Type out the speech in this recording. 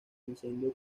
incendio